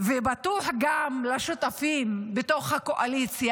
ובטוח גם לשותפים בתוך הקואליציה,